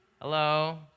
hello